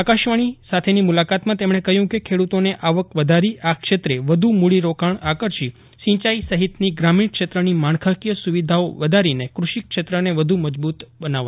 આકાશવાજી સાથેની મુલાકાતમાં તેમજ્ઞે કહ્યું કે ખેડૂતોની આવક વધારી આ ક્ષેત્રે વધુ મૂડીરોકાજ્ઞ આકર્ષી સિંચાઈ સહિતની ગ્રામીજ્ઞ ક્ષેત્રની માળખાકીય સુવિધાઓ વધારીને કૃષિ ક્ષેત્રને વધુ મજબૂત બનાવાશે